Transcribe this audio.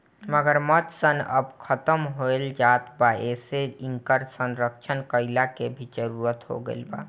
मगरमच्छ सन अब खतम होएल जात बा एसे इकर संरक्षण कईला के भी जरुरत हो गईल बा